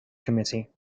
committee